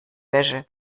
wäsche